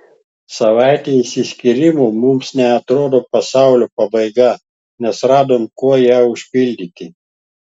savaitė išsiskyrimo mums neatrodo pasaulio pabaiga nes randam kuo ją užpildyti